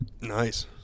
Nice